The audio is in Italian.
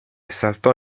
saltò